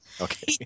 Okay